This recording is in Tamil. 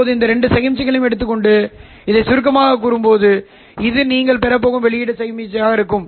இப்போது நீங்கள் இந்த இரண்டு சமிக்ஞைகளையும் எடுத்து இதைச் சுருக்கமாகக் கூறும்போது இது நீங்கள் பெறப் போகும் வெளியீட்டு சமிக்ஞையாக இருக்கும்